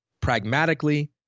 pragmatically